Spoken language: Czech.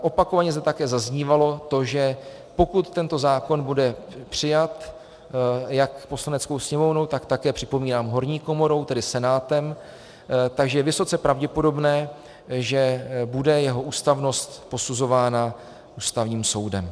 Opakovaně zde také zaznívalo, že pokud tento zákon bude přijat jak Poslaneckou sněmovnou, tak také, připomínám, horní komorou, tedy Senátem, je vysoce pravděpodobné, že bude jeho ústavnost posuzována Ústavním soudem.